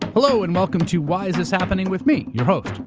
hello and welcome to why is this happening with me, your host,